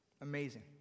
Amazing